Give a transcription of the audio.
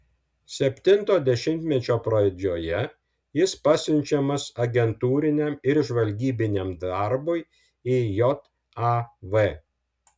septinto dešimtmečio pradžioje jis pasiunčiamas agentūriniam ir žvalgybiniam darbui į jav